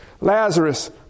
Lazarus